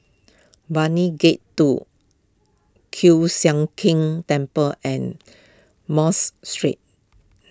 Brani Gate two Kiew Sian King Temple and Mos Street